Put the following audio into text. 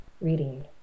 reading